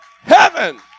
heaven